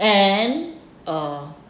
and uh